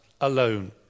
alone